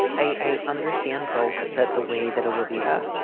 i understand both that the way that olivia